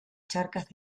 charcas